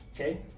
okay